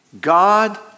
God